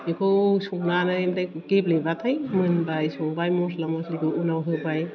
बेखौ संनानै ओमफ्राय गेब्लेबाथाय मोनबाय संबाय मस्ला मस्लिखौ उनाव होबाय